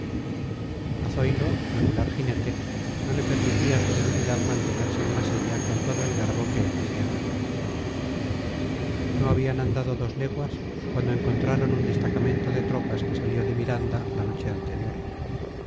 zoilo regular jinete no le permitía su debilidad mantenerse en la silla con todo el garbo que él deseara no habían andado dos leguas cuando encontraron un destacamento de tropas que salió de miranda la noche anterior